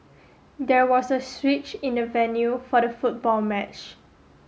there was a switch in the venue for the football match